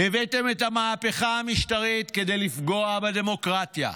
הבאתם את המהפכה המשטרית כדי לפגוע בדמוקרטיה,